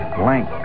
blank